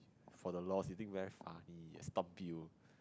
for the lol you think very funny stomp you